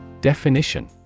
Definition